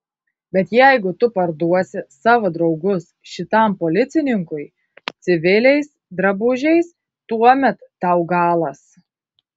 bet jeigu tu parduosi savo draugus šitam policininkui civiliais drabužiais tuomet tau galas